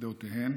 ודעותיהן